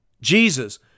Jesus